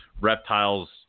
reptiles